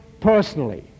personally